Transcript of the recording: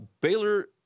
Baylor